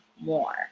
more